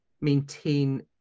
maintain